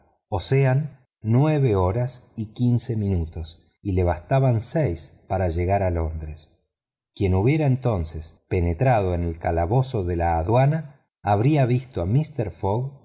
o sea nueve horas y quince minutos y le bastaban seis para llegar a londres quien hubiera entonces penetrado en el calabozo de la aduana habría visto a mister fogg